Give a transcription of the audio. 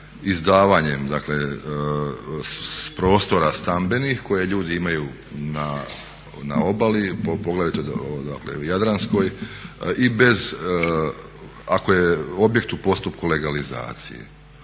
izdavanjem dakle prostora stambenih koje ljudi imaju na obali, poglavito dakle jadranskoj, i ako je objekt u postupku legalizacije.